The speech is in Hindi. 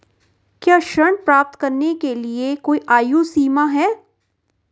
क्या ऋण प्राप्त करने के लिए कोई आयु सीमा है?